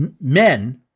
men